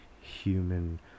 human